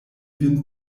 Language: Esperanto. vin